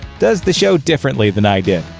does the show differently than i did,